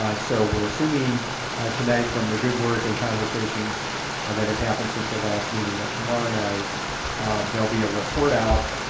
so we're assuming tonight, from the good work and conversations that have happened since the last meeting, that tomorrow night there'll be a report out,